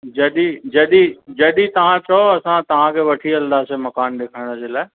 जॾहिं जॾहिं जॾहिं तव्हां चयो असां तव्हांखे वठी हलंदासीं मकान ॾेखारण जे लाइ